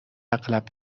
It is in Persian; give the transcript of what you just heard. اغلب